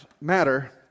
Matter